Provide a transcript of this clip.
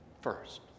first